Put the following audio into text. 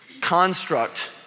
construct